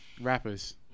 Rappers